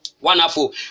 Wonderful